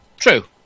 True